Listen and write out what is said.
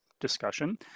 discussion